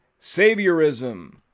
Saviorism